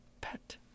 pet